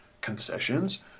concessions